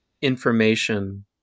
information